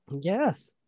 Yes